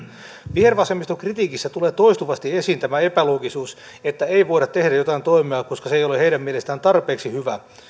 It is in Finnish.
vihervasemmiston kritiikissä tulee toistuvasti esiin tämä epäloogisuus että ei voida tehdä jotain toimea koska se ei ole heidän mielestään tarpeeksi hyvä